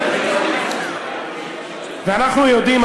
ואנחנו יודעים,